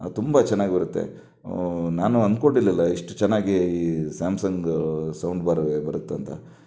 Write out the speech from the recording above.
ತುಂಬ ಚೆನ್ನಾಗಿ ಬರುತ್ತೆ ನಾನು ಅಂದ್ಕೊಂಡು ಇರಲಿಲ್ಲ ಇಷ್ಟು ಚೆನ್ನಾಗಿ ಸ್ಯಾಮ್ಸಂಗ್ ಸೌಂಡ್ಬಾರ್ ಬರುತ್ತೆ ಅಂತ